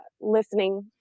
listening